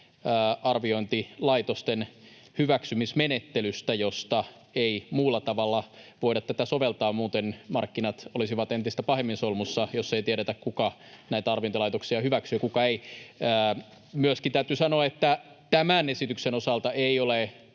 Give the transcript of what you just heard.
arviointilaitosten hyväksymismenettelystä, josta ei muulla tavalla voida tätä soveltaa. Muuten markkinat olisivat entistä pahemmin solmussa, jos ei tiedetä, kuka näitä arviointilaitoksia hyväksyy ja kuka ei. Myöskin täytyy sanoa, että tämän esityksen osalta eivät ole